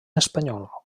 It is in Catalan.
espanyol